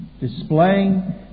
displaying